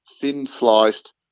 thin-sliced